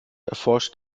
erforscht